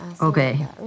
okay